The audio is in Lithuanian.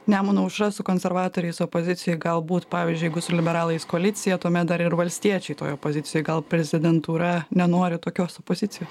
nemuno aušra su konservatoriais opozicijoj galbūt pavyzdžiui jeigu su liberalais koalicija tuomet dar ir valstiečiai toj pozicijoj gal prezidentūra nenori tokios opozicijos